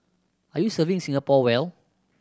are you serving Singapore well